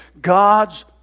God's